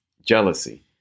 jealousy